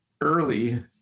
early